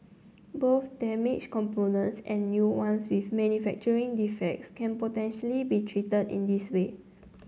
both damaged components and new ones with manufacturing defects can potentially be treated in this way